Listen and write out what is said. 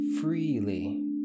freely